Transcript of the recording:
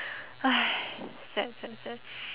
!hais! sad sad sad